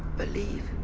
believe